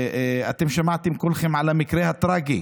אתם שמעתם, כולכם, על המקרה הטרגי